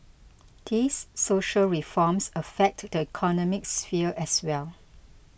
these social reforms affect the economic sphere as well